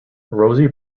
rosy